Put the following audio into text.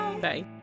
bye